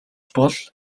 бол